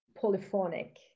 polyphonic